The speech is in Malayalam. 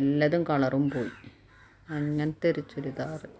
എല്ലാതും കളറും പോയി അങ്ങനെത്തെയൊരു ചുരിദാറ്